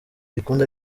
gikundi